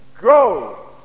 Go